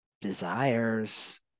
desires